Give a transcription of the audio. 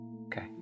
okay